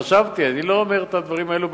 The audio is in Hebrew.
חשבתי, אני לא אומר את הדברים האלה בביטחון,